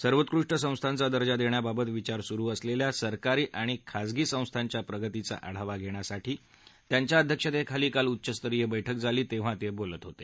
सर्वोत्कृष्ट संस्थांचा दर्जा देण्याबाबत विचार सुरु असलेल्या सरकारी आणि खाजगी संस्थांच्या प्रगतीचा आढावा घेण्यासाठी त्यांच्या अध्यक्षतेखाली उच्च स्तरीय बैठक काल झाली तेव्हा ते बोलत होते